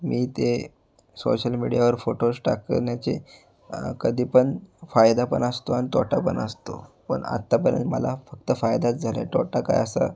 मी ते सोशल मीडियावर फोटोज टाकवण्याचे कधी पण फायदा पण असतो आणि तोटा पण असतो पण आत्तापर्यंत मला फक्त फायदाच झालाय तोटा काय असा